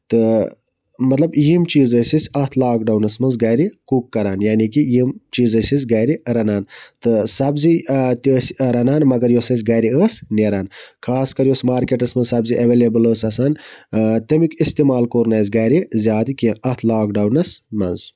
تہٕ مطلب یِم چیٖز ٲسۍ أسۍ اَتھ لاکڈونَس منٛز گرِ کُک کران یعنے کہِ یِم چیٖز ٲسۍ أسۍ گرِ رَنان سَبزی تہِ ٲسۍ رَنان مَگر یۄس اَسہِ گرِ ٲس نیران خاص کر یۄس مارکٮ۪ٹَس منٛز سَبزی زِ اٮ۪وٮ۪لٮ۪بٕل ٲسۍ آسان تَمیُک اِستعمال کوٚر نہٕ گرِ زیادٕ کیٚنہہ اَتھ لاکڈَونَس منٛز